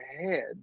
ahead